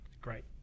great